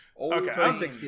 Okay